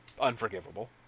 unforgivable